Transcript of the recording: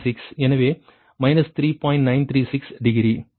936 எனவே 3